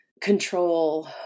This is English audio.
control